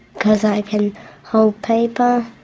because i can hold paper.